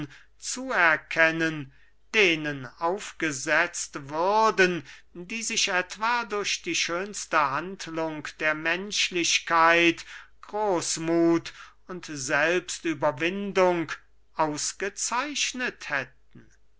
zuerkennen denen aufgesetzt würden die sich etwa durch die schönste handlung der menschlichkeit großmuth und selbstüberwindung ausgezeichnet hätten